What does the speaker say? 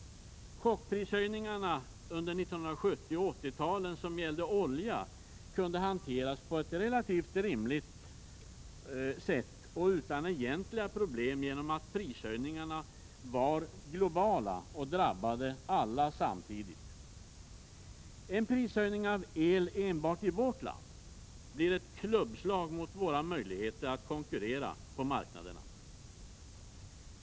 Chockprishöjningarna under 1970 och 1980-talen som gällde olja kunde hanteras på ett relativt rimligt sätt och utan egentliga problem genom att prishöjningarna var globala och drabbade alla samtidigt. En prishöjning av el enbart i vårt land blir ett klubbslag mot våra möjligheter att konkurrera på marknaderna.